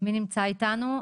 מי נמצא איתנו?